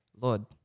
Lord